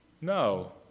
No